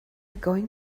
going